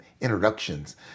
introductions